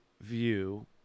view